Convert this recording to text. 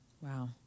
Wow